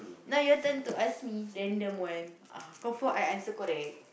now your turn to ask me random one ah confirm I answer correct